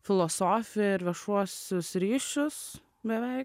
filosofiją ir viešuosius ryšius beveik